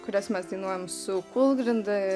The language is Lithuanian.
kurias mes dainuojam su kūlgrinda